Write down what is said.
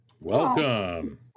welcome